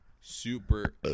super